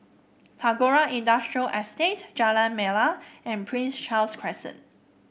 Tagore Industrial Estate Jalan Melor and Prince Charles Crescent